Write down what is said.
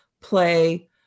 play